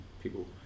people